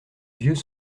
vieux